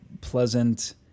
pleasant